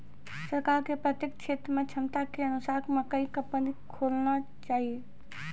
सरकार के प्रत्येक क्षेत्र मे क्षमता के अनुसार मकई कंपनी खोलना चाहिए?